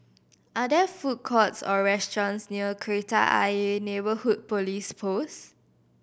are there food courts or restaurants near Kreta Ayer Neighbourhood Police Post